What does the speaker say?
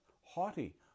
haughty